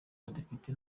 badepite